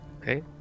Okay